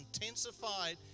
intensified